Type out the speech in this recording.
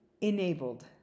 enabled